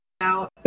out